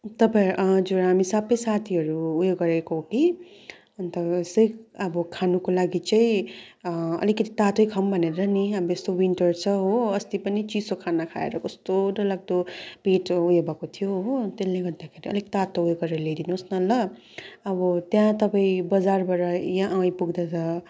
तपाईँ हजुर हामी सबै साथीहरू ऊ यो गरेको हो कि अन्त सिर्फ अब खानुको लागि चाहिँ अलिकति तातै खाऊँ भनेर नि अब यस्तो विन्टर छ हो अस्ति पनि चिसो खाना खाएर कस्तो डरलाग्दो पेट ऊ यो भएको थियो हो त्यसले गर्दाखेरि अलिक तातो ऊ यो गरेर ल्याइदिनुहोस् न ल अब त्यहाँ तपाईँ बजारबाट यहाँ आइपुग्दा त